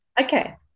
Okay